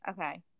okay